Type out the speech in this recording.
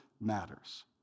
matters